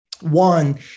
One